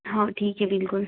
हाँ ठीक है बिल्कुल